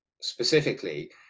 specifically